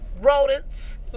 rodents